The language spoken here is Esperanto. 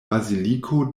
baziliko